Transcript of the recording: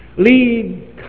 Lead